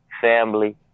family